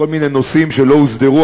כל מיני נושאים שלא הוסדרו,